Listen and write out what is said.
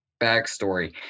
backstory